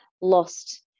lost